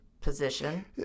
position